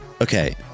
Okay